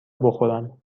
بخورم